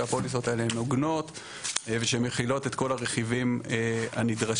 שהפוליסות האלה הן הוגנות ושמכילות את כל הרכיבים הנדרשים.